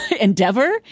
endeavor